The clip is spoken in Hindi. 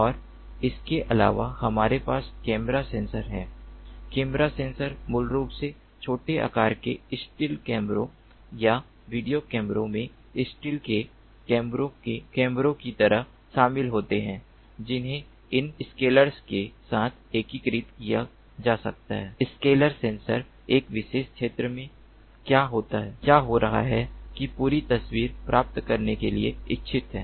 और इसके अलावा हमारे पास कैमरा सेंसर हैं कैमरा सेंसर मूल रूप से छोटे आकार के स्टील कैमरों या वीडियो कैमरों में स्टील के कैमरों की तरह शामिल होते हैं जिन्हें इन स्केलर्स के साथ एकीकृत किया जा सकता है स्केलर सेंसर एक विशेष क्षेत्र में क्या हो रहा है की पूरी तस्वीर प्राप्त करने के लिए इच्छित है